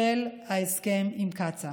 של ההסכם עם קצ"א.